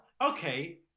okay